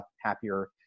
happier